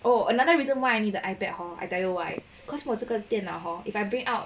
oh another reason why I need the ipad hor I tell you why cause 我这个电脑 hor if I bring out